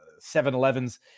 7-Elevens